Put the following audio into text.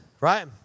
right